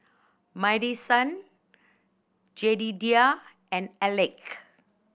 Madison Jedediah and Alek